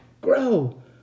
grow